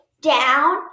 down